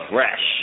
Fresh